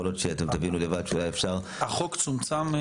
החוק צומצם?